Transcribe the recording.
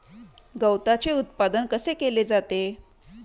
गवताचे उत्पादन कसे केले जाते?